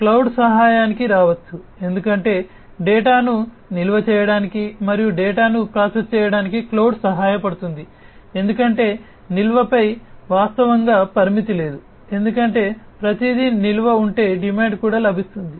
cloud సహాయానికి రావచ్చు ఎందుకంటే డేటాను నిల్వ చేయడానికి మరియు డేటాను ప్రాసెస్ చేయడానికి క్లౌడ్ సహాయపడుతుంది ఎందుకంటే నిల్వపై వాస్తవంగా పరిమితి లేదు ఎందుకంటే ప్రతిదీ నిల్వ ఉంటే డిమాండ్ కూడా లభిస్తుంది